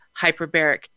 hyperbaric